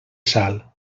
sal